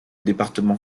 département